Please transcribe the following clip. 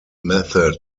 method